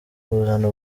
kuzana